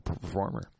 performer